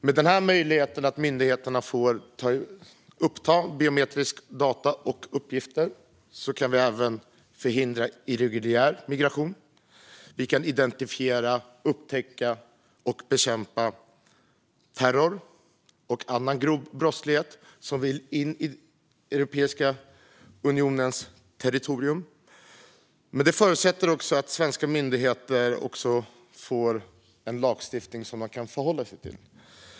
Genom att myndigheterna får möjlighet att uppta biometriska data och uppgifter kan vi förhindra irreguljär migration. Vi kan identifiera, upptäcka och bekämpa terror och annan grov brottslighet som vill in på Europeiska unionens territorium. Detta förutsätter dock att svenska myndigheter får en lagstiftning som de kan förhålla sig till.